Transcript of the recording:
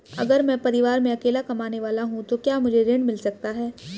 अगर मैं परिवार में अकेला कमाने वाला हूँ तो क्या मुझे ऋण मिल सकता है?